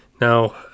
Now